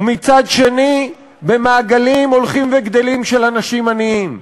ומצד שני במעגלים הולכים וגדלים של אנשים עניים,